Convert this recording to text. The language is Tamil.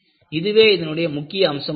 இதுவே அதனுடைய முக்கிய அம்சமாகும்